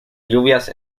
lluvias